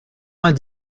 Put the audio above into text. vingt